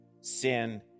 sin